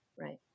Right